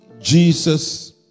Jesus